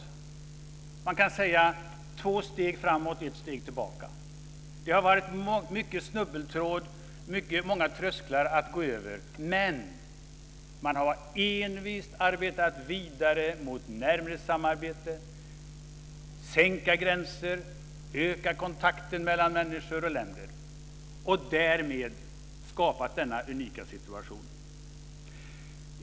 Två steg framåt, ett steg tillbaka. Det har varit mycket snubbeltråd, många trösklar att gå över, men man har envist arbetat vidare mot närmre samarbete, att ta bort gränser, att öka kontakten mellan människor och länder. Därmed har denna unika situation skapats.